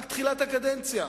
זו רק תחילת הקדנציה,